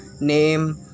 name